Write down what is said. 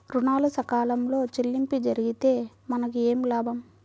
ఋణాలు సకాలంలో చెల్లింపు జరిగితే మనకు ఏమి లాభం?